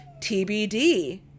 TBD